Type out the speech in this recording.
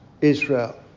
Israel